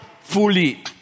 fully